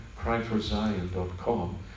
cryforzion.com